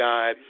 God